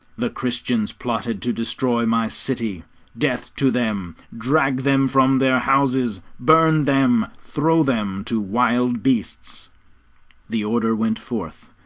the christians plotted to destroy my city death to them! drag them from their houses, burn them, throw them to wild beasts the order went forth,